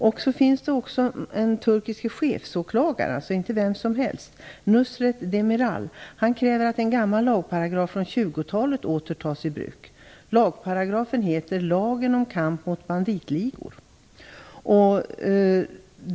Sedan har vi också den turkiske chefsåklagaren, alltså inte vem som helst, Nusret Demiral. Han kräver att en gammal lagparagraf från 20-talet åter skall tas i bruk. Lagparagrafen heter Lagen om kamp mot banditligor.